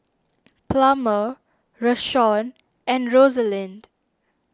Plummer Rashawn and Rosalind